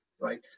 Right